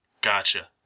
Gotcha